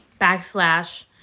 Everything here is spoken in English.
backslash